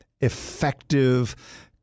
effective